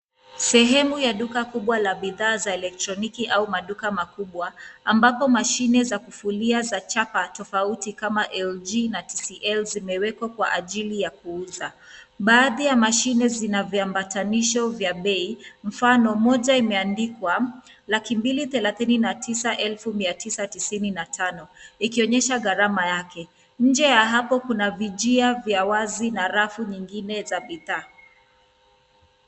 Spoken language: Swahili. Sehemu ya duka kubwa la bidhaa za elektroniki au maduka makubwa ambapo mashine za kufulia za chapa tofauti kama LG na TCL zimewekwa kwa ajili ya kuuza. Baadhi ya mashine zina viambatanisho vya bei mfano. Moja imeandikwa laki mbili thelathini na tisa eifu mia tisa tisini na tano ikionyesha gharama yake. Nje ya hapo kuna vijia vya wazi na rafu nyingine za bidhaa.